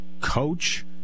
coach